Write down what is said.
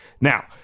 Now